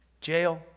jail